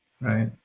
right